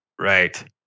Right